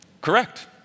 correct